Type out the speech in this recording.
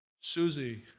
Susie